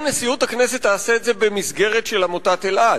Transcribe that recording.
האם נשיאות הכנסת תעשה את זה במסגרת של עמותת אלע"ד.